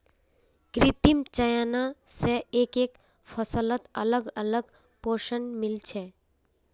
कृत्रिम चयन स एकके फसलत अलग अलग पोषण मिल छे